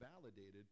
validated